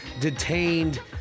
detained